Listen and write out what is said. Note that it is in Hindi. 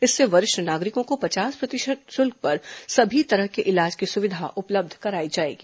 इससे वरिष्ठ नागरिकों को पचास प्रतिशत शुल्क पर सभी तरह के इलाज की सुविधा उपलब्ध कराई जाएगी